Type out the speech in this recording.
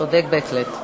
צודק בהחלט.